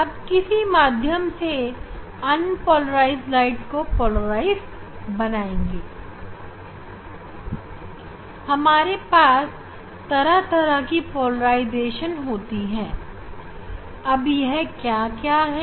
अब हम किसी माध्यम से अन्पोलराइज्ड प्रकाश को पोलराइज बनाएँगे हमारे पास कई प्रकार की पोलराइजेशन होती है अब यह क्या क्या है